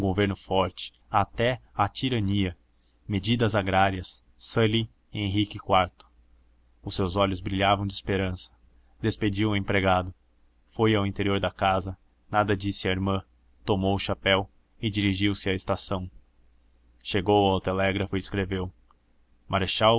governo forte até à tirania medidas agrárias sully e henrique iv os seus olhos brilhavam de esperança despediu o empregado foi ao interior da casa nada disse à irmã tomou o chapéu e dirigiu-se à estação chegou ao telégrafo e escreveu marechal